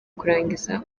kurangiza